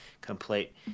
complete